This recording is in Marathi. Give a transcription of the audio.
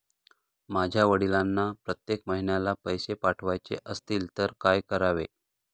माझ्या वडिलांना प्रत्येक महिन्याला पैसे पाठवायचे असतील तर काय करावे?